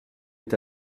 est